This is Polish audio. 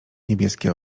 niebieskie